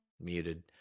Muted